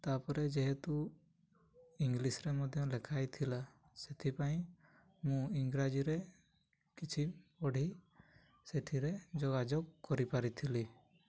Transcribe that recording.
ତା'ପରେ ଯେହେତୁ ଇଂଲିଶ୍ରେ ମଧ୍ୟ ଲେଖା ଯାଇଥିଲା ସେଥିପାଇଁ ମୁଁ ଇଂରାଜୀରେ କିଛି ପଢ଼ି ସେଥିରେ ଯୋଗାଯୋଗ କରିପାରିଥିଲି